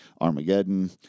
Armageddon